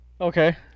Okay